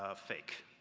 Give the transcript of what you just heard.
ah fake.